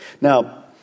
Now